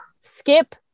skip